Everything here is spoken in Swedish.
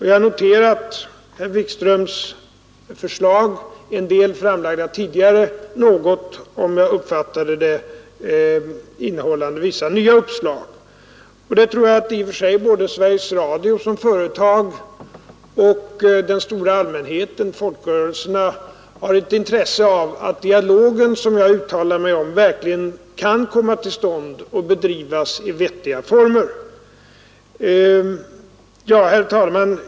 Jag har noterat herr Wikströms förslag — en del framlagda tidigare, något, om jag uppfattade det rätt, innehållande vissa nya uppslag. Jag tror att i och för sig både Sveriges Radio som företag och den stora allmänheten och folkrörelserna har intresse av att dialogen, som jag uttalade mig om, verkligen kan komma till stånd och bedrivas i vettiga former. Herr talman!